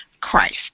Christ